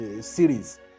series